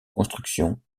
construction